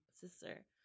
sister